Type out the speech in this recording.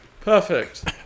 Perfect